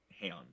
hand